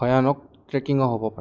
ভয়ানক ট্ৰেকিঙো হ'ব পাৰে